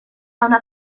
una